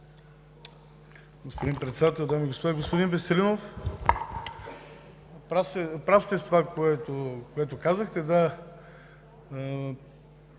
Господин Председател, дами и господа! Господин Веселинов, прав сте за това, което казахте. Да,